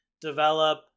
develop